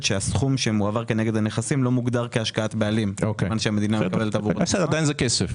באו לפה עם הפרטה.